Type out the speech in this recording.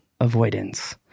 avoidance